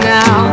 now